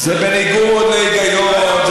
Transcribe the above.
זה בניגוד לחוק.